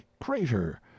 crater